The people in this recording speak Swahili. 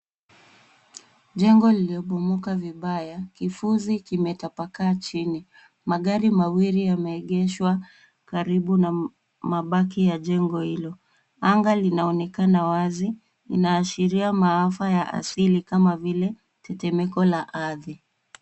Jengo lililobomoka vibaya. Kifuzi kimetapaka chini. Magari mawili yameegeshwa karibu na mabaki ya jengo hilo. Anga linaonekana wazi. Inaashiria maafa ya asili kama vile tetemeko la ardhi.